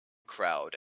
crowd